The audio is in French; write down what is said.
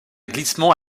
glissement